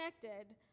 connected